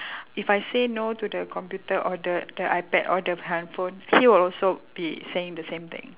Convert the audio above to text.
if I say no to the computer or the the iPad or the handphone he will also be saying the same thing